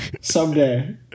Someday